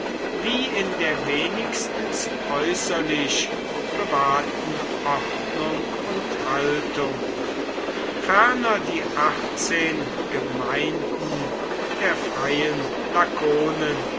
wie in der wenigstens äußerlich bewahrten ordnung und haltung ferner die achtzehn gemeinden der freien lakonen